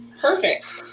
Perfect